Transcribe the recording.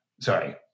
sorry